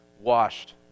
washed